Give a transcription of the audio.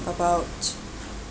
about